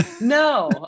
no